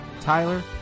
Tyler